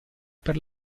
per